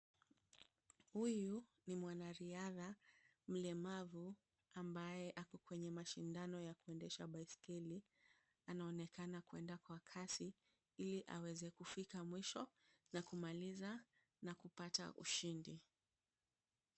Huyu ni mwanariadha mlemavu ambaye ako kwenye mashindano ya kuendesha baiskeli. Anaonekana kwenda kwa kasi ili aweze kufika mwisho na kumaliza na kupata ushindi.